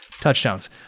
touchdowns